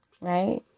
Right